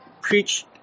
preach